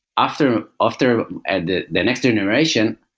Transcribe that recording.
after ah after and the the next generation,